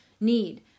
need